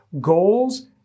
goals